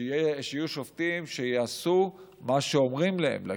שיהיו שופטים שיעשו מה שאומרים להם לעשות.